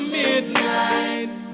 midnight